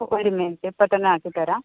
ഒര് മിനിറ്റ് ഇപ്പോൾ തന്നെ ആട്ടി തരാം